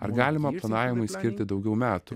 ar galima planavimui skirti daugiau metų